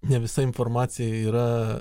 ne visa informacija yra